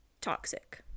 toxic